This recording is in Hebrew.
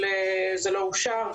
זה לא אושר.